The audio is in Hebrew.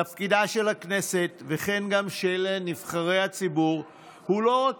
תפקידה של הכנסת וכן של נבחרי הציבור הוא לא רק